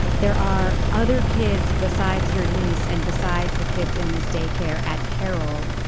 there are other kids besides your niece and besides the kids in this daycare at peril.